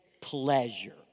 pleasure